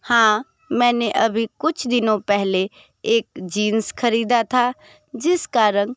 हाँ मैंने अभी कुछ दिनों पहले एक जीन्स खरीदा था जिसका रंग